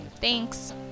Thanks